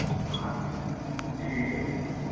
ਹਾਂਜੀ ਠੀਕ ਹੈ ਭਾਅ ਜੀ